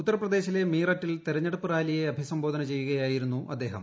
ഉത്തർപ്രദേശിലെ മീററ്റിൽ തെരഞ്ഞെടുപ്പ് റാലിയെ അഭിസംബോധന ചെയ്യുകയായിരുന്നു അദ്ദേഹം